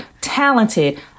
talented